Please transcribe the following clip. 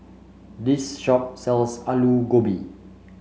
this shop sells Aloo Gobi